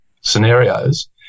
scenarios